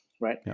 Right